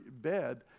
bed